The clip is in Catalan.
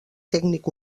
tècnic